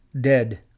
dead